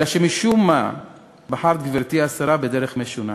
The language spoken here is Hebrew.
אלא שמשום מה בחרת, גברתי השרה, בדרך משונה.